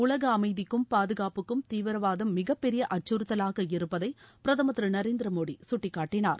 உலக அமைதிக்கும் பாதுகாப்புக்கும் தீவிரவாதம் மிப்பெரிய அக்கறுத்தவாக இருப்பதை பிரதமர் திரு நரேந்திர மோடி சுட்டிக்காட்டினார்